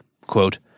Quote